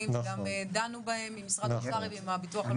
וגם דנו בהם עם משרד האוצר ועם הביטוח הלאומי.